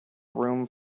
room